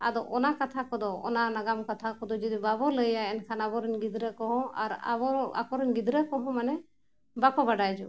ᱟᱫᱚ ᱚᱱᱟ ᱠᱟᱛᱷᱟ ᱠᱚᱫᱚ ᱚᱱᱟ ᱱᱟᱜᱟᱢ ᱠᱟᱛᱷᱟ ᱠᱚᱫᱚ ᱡᱩᱫᱤ ᱵᱟᱵᱚ ᱞᱟᱹᱭᱟ ᱮᱱᱠᱷᱟᱱ ᱟᱵᱚᱨᱮᱱ ᱜᱤᱫᱽᱨᱟᱹ ᱠᱚᱦᱚᱸ ᱟᱨ ᱟᱵᱚ ᱟᱠᱚᱨᱮᱱ ᱜᱤᱫᱽᱨᱟᱹ ᱠᱚᱦᱚᱸ ᱢᱟᱱᱮ ᱵᱟᱠᱚ ᱵᱟᱰᱟᱭ ᱡᱚᱝᱼᱟ